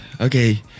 okay